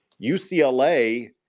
UCLA